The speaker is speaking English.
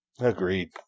agreed